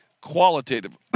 qualitative